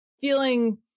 feeling